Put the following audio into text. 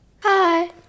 Hi